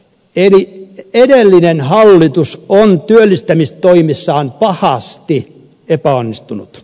eli edellinen hallitus on työllistämistoimissaan pahasti epäonnistunut